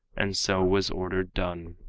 and so was ordered done.